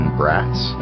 brats